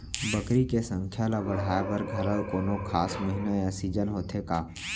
बकरी के संख्या ला बढ़ाए बर घलव कोनो खास महीना या सीजन होथे का?